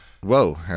whoa